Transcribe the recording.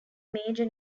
major